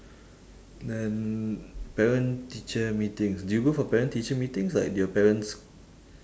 then parent teacher meetings did you go for parent teacher meetings like did your parents